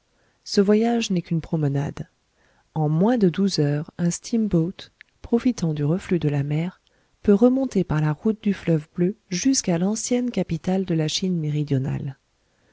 ce voyage n'est qu'une promenade en moins de douze heures un steamboat profitant du reflux de la mer peut remonter par la route du fleuve bleu jusqu'à l'ancienne capitale de la chine méridionale